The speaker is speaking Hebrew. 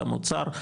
גם אוצר,